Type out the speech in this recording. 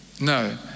No